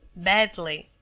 badly.